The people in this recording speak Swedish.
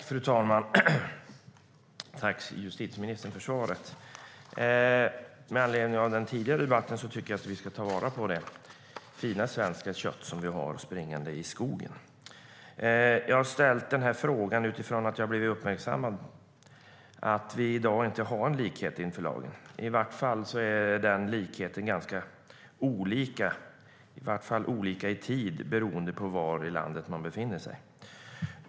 Fru talman! Tack för svaret, justitieministern! Med anledning av den tidigare debatten tycker jag att vi ska ta vara på det fina svenska kött som vi har springande i skogen. Jag har ställt frågan utifrån att jag har blivit uppmärksammad på att vi i dag inte har likhet inför lagen. I vart fall är den likheten ganska olika i tid, beroende på var i landet man befinner sig.